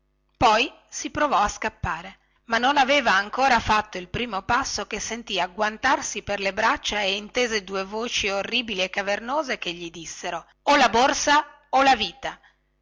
poi si provò a scappare ma non aveva ancor fatto il primo passo che sentì agguantarsi per le braccia e intese due voci orribili e cavernose che gli dissero o la borsa o la vita